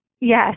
Yes